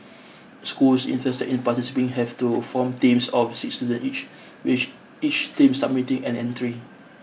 schools interested in participating have to form teams of six students each with each team submitting an entry